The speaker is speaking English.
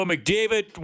McDavid